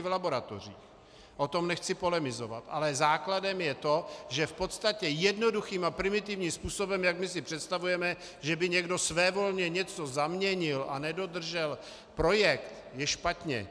O tom nechci polemizovat, ale základem je to, že v podstatě jednoduchým a primitivním způsobem, jak my si představujeme, že by někdo svévolně něco zaměnil a nedodržel projekt, je špatné.